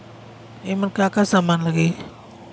ईमन का का समान लगी?